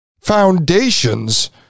foundations